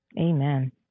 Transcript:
Amen